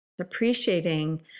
Appreciating